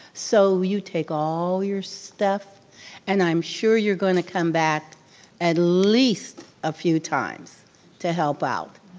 so you take all your stuff and i'm sure you're gonna come back at least a few times to help out,